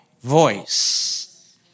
voice